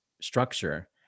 structure